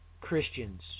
Christians